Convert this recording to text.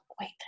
wait